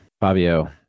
Fabio